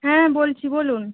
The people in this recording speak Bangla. হ্যাঁ বলছি বলুন